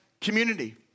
community